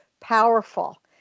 powerful